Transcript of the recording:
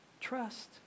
Trust